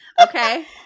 Okay